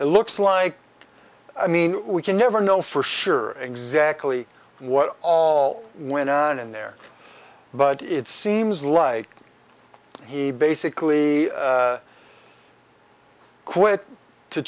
it looks like i mean we can never know for sure exactly what all went on in there but it seems like he basically quit to